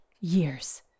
years